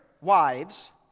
wives